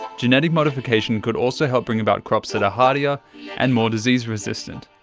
genetic modification could also help bring about crops that are hardier and more disease resistant.